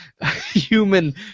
human